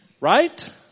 Right